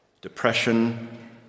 depression